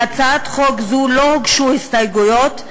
להצעת חוק זו לא הוגשו הסתייגויות,